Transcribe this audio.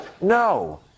No